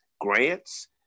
grants